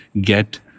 get